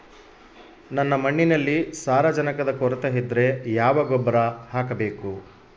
ನನ್ನ ಮಣ್ಣಿನಲ್ಲಿ ಸಾರಜನಕದ ಕೊರತೆ ಇದ್ದರೆ ಯಾವ ಗೊಬ್ಬರ ಹಾಕಬೇಕು?